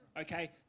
Okay